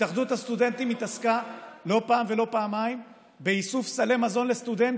התאחדות הסטודנטים התעסקה לא פעם ולא פעמיים באיסוף סלי מזון לסטודנטים.